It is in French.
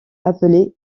appelé